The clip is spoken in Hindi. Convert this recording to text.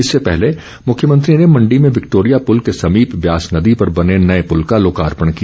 इससे पहले मुख्यमंत्री ने मण्डी में विक्टोरिया पुल के संमीप ब्यास नदी पर बने नए पुल का लोकार्पण किया